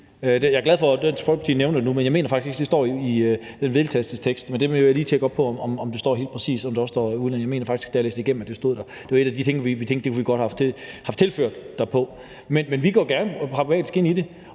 Jeg er glad for, at Dansk Folkeparti nævner det nu, men jeg mener faktisk ikke, det står i den tekst – der må jeg lige tjekke op på, om det står helt præcis; om der også står udlændinge. Det mener jeg faktisk ikke der gør. Det er en af de ting, vi tænkte vi godt ville have tilført derpå. Men vi går gerne pragmatisk ind i det,